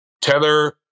Tether